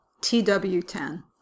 TW10